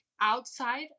outside